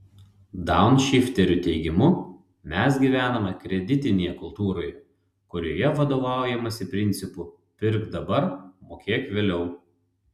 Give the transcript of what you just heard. daunšifterių teigimu mes gyvename kreditinėje kultūroje kurioje vadovaujamasi principu pirk dabar mokėk vėliau